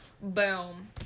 Boom